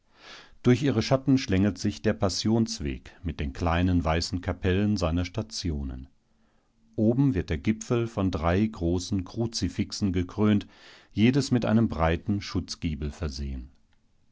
durch ihre schatten schlängelt sich der passionsweg mit den kleinen weißen kapellen seiner stationen oben wird der gipfel von drei großen kruzifixen gekrönt jedes mit einem breiten schutzgiebel versehen